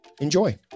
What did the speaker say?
Enjoy